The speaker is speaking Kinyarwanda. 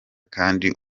kandi